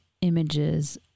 images